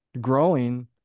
growing